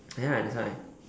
ya that's why